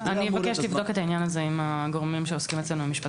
אני אבקש לבדוק את העניין הזה עם הגורמים שעוסקים אצלנו במשפט פלילי.